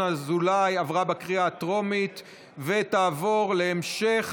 אזולאי עברה בקריאה הטרומית ותעבור להמשך